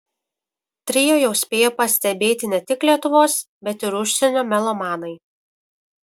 trio jau spėjo pastebėti ne tik lietuvos bet ir užsienio melomanai